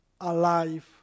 alive